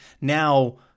now